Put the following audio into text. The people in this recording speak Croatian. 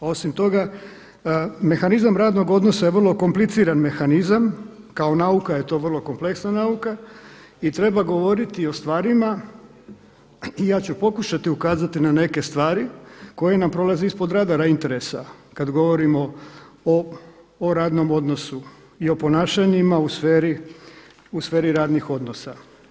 A osim toga, mehanizam radnog odnosa je vrlo kompliciran mehanizam, kao nauka je to vrlo kompleksna nauka i treba govoriti o stvarima i ja ću pokušati ukazati na neke stvari koje nam prolaze ispod radara interesa kad govorimo o radnom odnosu i o ponašanjima u sferi radnih odnosa.